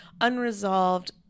unresolved